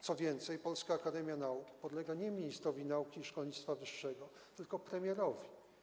Co więcej, Polska Akademia Nauk podlega nie ministrowi nauki i szkolnictwa wyższego, tylko premierowi.